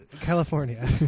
California